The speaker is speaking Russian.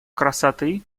красоты